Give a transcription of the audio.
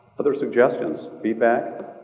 other suggestions? feedback?